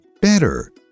better